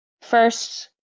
First